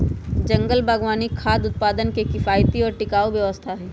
जंगल बागवानी खाद्य उत्पादन के किफायती और टिकाऊ व्यवस्था हई